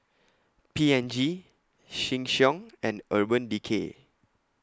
P and G Sheng Siong and Urban Decay